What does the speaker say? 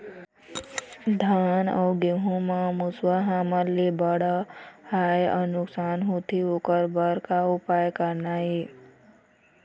धान अउ गेहूं म मुसवा हमन ले बड़हाए नुकसान होथे ओकर बर का उपाय करना ये?